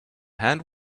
hand